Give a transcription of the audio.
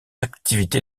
activité